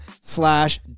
slash